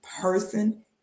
person